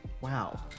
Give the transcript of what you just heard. Wow